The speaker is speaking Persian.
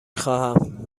خواهم